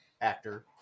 actor